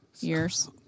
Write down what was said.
years